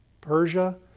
Persia